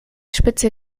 spitze